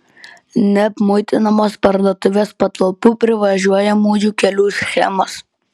neapmuitinamos parduotuvės patalpų privažiuojamųjų kelių schemos